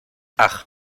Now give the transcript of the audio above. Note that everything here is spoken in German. ach